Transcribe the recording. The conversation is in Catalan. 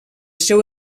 seu